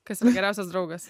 kas yra geriausias draugas